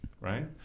Right